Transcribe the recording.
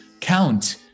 count